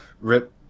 rip